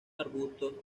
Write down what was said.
arbustos